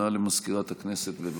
הודעה למזכירת הכנסת, בבקשה.